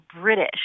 British